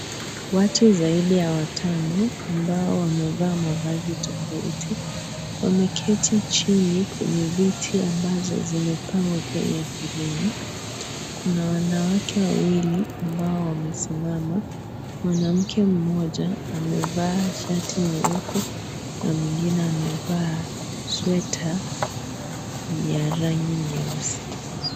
Watu zaidi ya watano ambao wamevaa mavazi tofauti wameketi chini kwenye viti ambazo zimepangwa kwenye foleni, kuna wanawake wawili ambao wamesimama, mwanamke mmoja amevaa shati nyeupe na mwingine amevaa sweater ya rangi nyeusi.